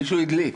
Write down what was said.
מישהו הדליף.